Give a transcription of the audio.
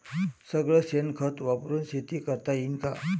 सगळं शेन खत वापरुन शेती करता येईन का?